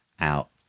out